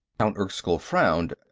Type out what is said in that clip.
count erskyll frowned.